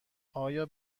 آیا